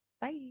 Bye